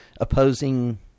opposing